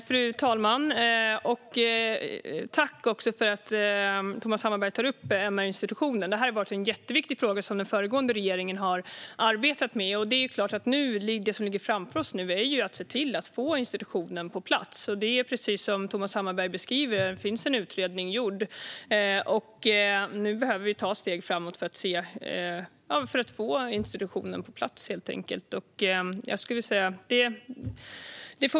Fru talman! Tack för att Thomas Hammarberg tar upp MR-institutionen! Detta har varit en jätteviktig fråga som den föregående regeringen har arbetat med. Det är klart att det som nu ligger framför oss är att se till att få institutionen på plats. Precis som Thomas Hammarberg beskriver är en utredning gjord. Nu behöver vi ta steg framåt för att få institutionen på plats, helt enkelt.